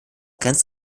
grenzt